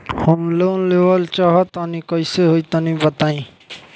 हम लोन लेवल चाहऽ तनि कइसे होई तनि बताई?